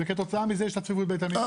וכתוצאה מזה יש לה צפיפות בית עלמין.